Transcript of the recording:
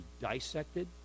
dissected